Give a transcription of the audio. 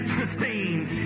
sustains